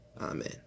Amen